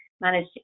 manage